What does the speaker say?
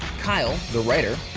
kyle, the writer,